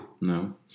No